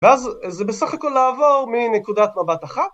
ואז זה בסך הכל לעבור מנקודת מבט אחת.